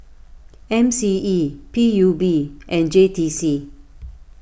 M C E P U B and J T C